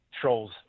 trolls